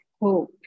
hope